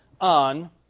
on